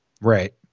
right